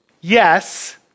yes